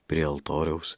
prie altoriaus